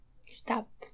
stop